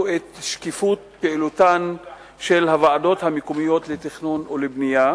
את שקיפות פעילותן של הוועדות המקומיות לתכנון ובנייה,